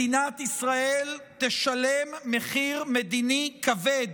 מדינת ישראל תשלם מחיר מדיני כבד